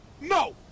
no